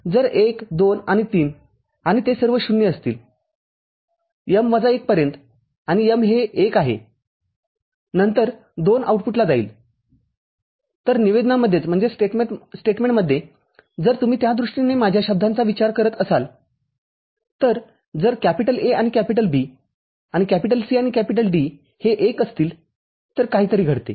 जर १२ आणि ३ आणि ते सर्व ० असतील m वजा १ पर्यंत आणि m हे १ आहे नंतर २ आउटपुटला जाईलतर निवेदनामध्येच जर तुम्ही त्या दृष्टीने माझ्या शब्दांचा विचार करत असाल तर जर A आणि B आणि C आणि D हे १ असतील तर काहीतरी घडते